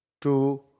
two